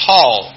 Paul